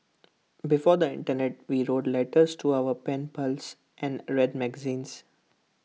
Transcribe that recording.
before the Internet we wrote letters to our pen pals and read magazines